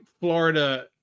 Florida